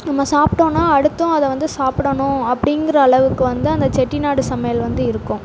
நம்ம சாப்பிட்டோன்னா அடுத்தும் அதை வந்து சாப்பிடணும் அப்படிங்கிற அளவுக்கு வந்து அந்த செட்டிநாடு சமையல் வந்து இருக்கும்